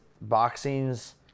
Boxing's